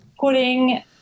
putting